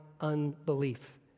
unbelief